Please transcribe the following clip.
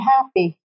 happy